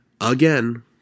again